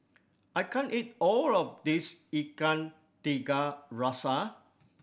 I can't eat all of this Ikan Tiga Rasa